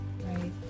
Right